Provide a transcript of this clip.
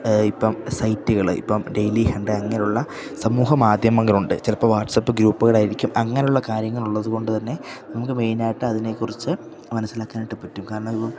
ഇപ്പം സൈറ്റുകള് ഇപ്പം ഡെയിലി ഹണ്ട് അങ്ങനെയുള്ള സമൂഹ മാധ്യമങ്ങളുണ്ട് ചിലപ്പോള് വാട്ട്സപ്പ് ഗ്രൂപ്പുകളായിരിക്കും അങ്ങനെയുള്ള കാര്യങ്ങളുള്ളതു കൊണ്ടുതന്നെ നമുക്ക് മെയിനായിട്ട് അതിനെക്കുറിച്ച് മനസ്സിലാക്കാനായിട്ട് പറ്റും കാരണം